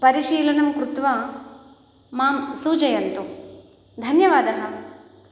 परिशीलनं कृत्वा मां सूचयन्तु धन्यवादः